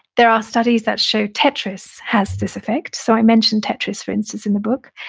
there are studies that show tetris has this effect. so i mentioned tetris, for instance, in the book,